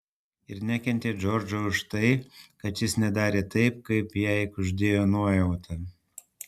ir nekentė džordžo už tai kad šis nedarė taip kaip jai kuždėjo nuojauta